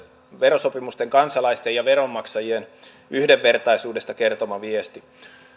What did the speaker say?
verosopimusten kansalaisten ja veronmaksajien yhdenvertaisuudesta kertoma viesti